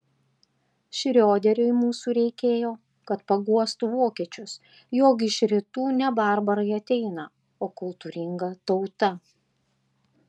šrioderiui mūsų reikėjo kad paguostų vokiečius jog iš rytų ne barbarai ateina o kultūringa tauta